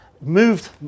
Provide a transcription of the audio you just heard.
moved